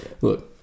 look